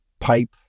pipe